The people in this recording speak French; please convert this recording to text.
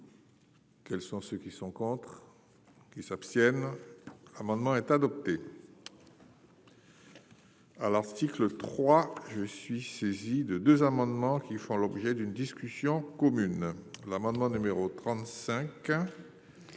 Quels sont ceux qui sont contre, qui s'abstiennent amendement est adopté. à l'article 3 je suis saisi de deux amendements qui font l'objet d'une discussion commune l'amendement numéro 35